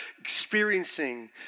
experiencing